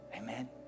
amen